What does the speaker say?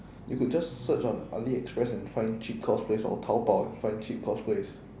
you could just search on aliexpress and find cheap cosplays or taobao and find cheap cosplays